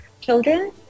children